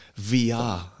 VR